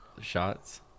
shots